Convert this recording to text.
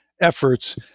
efforts